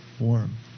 warm